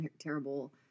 terrible